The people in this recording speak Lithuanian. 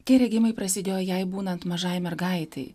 tie regėjimai prasidėjo jai būnant mažai mergaitei